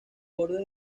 bordes